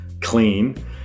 clean